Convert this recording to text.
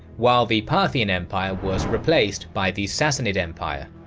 while the parthian empire was replaced by the sassanid empire,